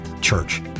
church